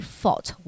fought